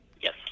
Yes